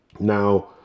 Now